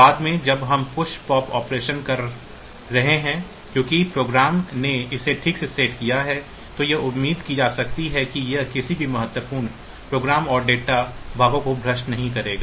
बाद में जब यह पुश पॉप ऑपरेशन कर रहा है क्योंकि प्रोग्राम ने इसे ठीक से सेट किया है तो यह उम्मीद की जाती है कि यह किसी भी महत्वपूर्ण प्रोग्राम और डेटा भागों को भ्रष्ट नहीं करेगा